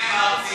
אני אמרתי